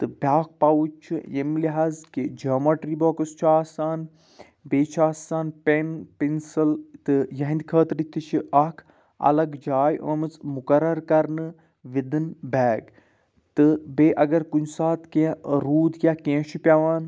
تہٕ بیٛاکھ پاوُچ چھُ ییٚمہِ لحاظ کہ جومیٹری بۄکُس چھُ آسان بیٚیہِ چھُ آسان پٮ۪ن پٮ۪نسل تہٕ یِہنٛدِ خٲطرٕ تہِ چھِ اَکھ الگ جاے آمٕژ مُقرَر کَرنہٕ وِدٕن بیگ تہٕ بیٚیہِ اگر کُنہِ ساتہٕ کینٛہہ روٗد یا کینٛہہ چھُ پٮ۪وان